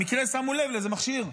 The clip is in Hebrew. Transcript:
במקרה שמו לב לאיזה מכשיר.